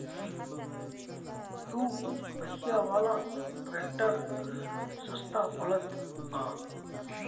दू पहिया वाला ट्रैक्टर सस्ता पड़त बा